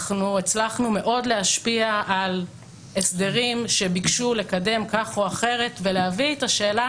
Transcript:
הצלחנו מאוד להשפיע על הסדרים שביקשו לקדם כך או אחרת ולהביא את השאלה